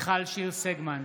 נגד מיכל שיר סגמן,